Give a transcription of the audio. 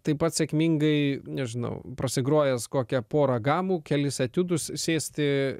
taip pat sėkmingai nežinau prasigrojęs kokią porą gamų kelis etiudus sėsti